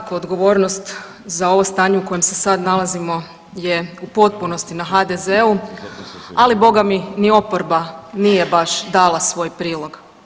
Svakako odgovornost za ovo stanje u kojem se sad nalazimo je u potpunosti na HDZ-u, ali Boga mi ni oporba nije baš dala svoj prilog.